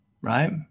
right